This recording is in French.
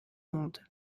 monde